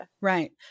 Right